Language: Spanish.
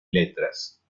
letras